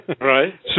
right